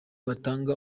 batanga